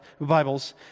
Bibles